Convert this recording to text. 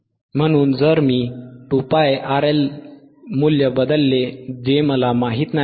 म्हणून जर मी 2πRL मूल्य बदलले जे मला माहित नाही